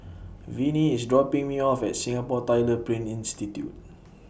Vinie IS dropping Me off At Singapore Tyler Print Institute